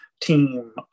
Team